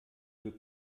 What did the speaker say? für